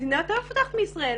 מדינה יותר מפותחת מישראל,